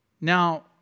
Now